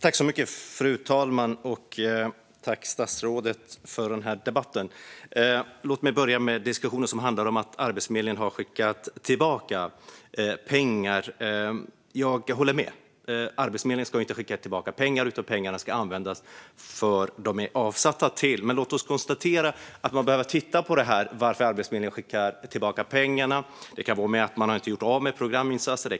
Fru talman! Tack, statsrådet, för debatten! Låt mig börja med diskussionen om att Arbetsförmedlingen har skickat tillbaka pengar. Jag håller med - Arbetsförmedlingen ska inte skicka tillbaka pengar, utan pengarna ska användas till det de är avsatta för. Men låt oss konstatera att man behöver titta på varför Arbetsförmedlingen skickar tillbaka pengar. Det kan handla om att man inte har gjort av med dem på programinsatser.